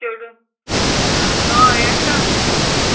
चेडून हय येता केन्ना